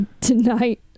tonight